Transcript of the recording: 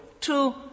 two